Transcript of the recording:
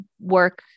work